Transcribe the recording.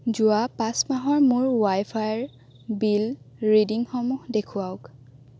যোৱা পাঁচ মাহৰ মোৰ ৱাইফাইৰ বিল ৰিডিংসমূহ দেখুৱাওক